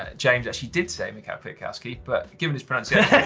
ah james, that she did say michael kwiatkowski but given his pronunciation,